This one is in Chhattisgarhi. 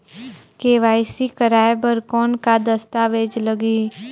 के.वाई.सी कराय बर कौन का दस्तावेज लगही?